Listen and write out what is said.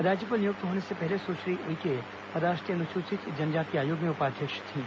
राज्यपाल नियुक्त होने से पहले सुश्री उइके राष्ट्रीय अनुसूचित जनजाति आयोग में उपाध्यक्ष थीं